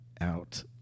out